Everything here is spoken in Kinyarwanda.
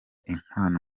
inkwano